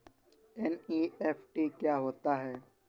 NEFT क्या होता है?